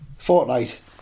Fortnite